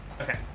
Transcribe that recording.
Okay